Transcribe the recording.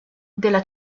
della